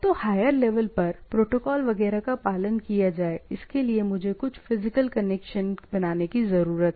तो higher level पर protocol वगैरह का पालन किया जाए इसके लिए मुझे कुछ फिजिकल कनेक्शन बनाने की जरूरत है